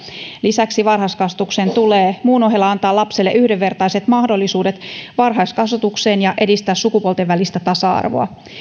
lisäksi varhaiskasvatuksen tulee muun ohella antaa lapselle yhdenvertaiset mahdollisuudet varhaiskasvatukseen ja edistää sukupuolten välistä tasa arvoa